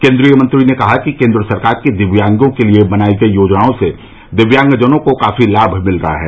केन्द्रीय मंत्री ने कहा कि केन्द्र सरकार की दिव्यांगों के लिए बनायी गई योजनाओं से दिव्यांगजनों को काफी लाभ मिल रहा है